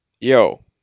yo